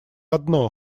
одно